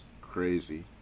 crazy